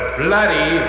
bloody